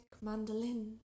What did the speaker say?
mandolin